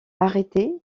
arrêtés